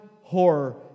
horror